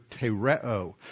tereo